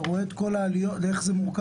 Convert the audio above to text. אתה רואה איך העליות מורכבות.